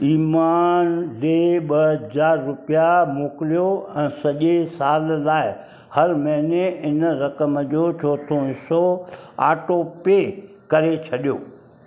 ईमान ॾे ॿ हज़ार रुपिया मोकिलियो ऐं सॼे साल लाइ हर महिने हिन रक़म जो चोथों हिसो ऑटोपे करे छॾियो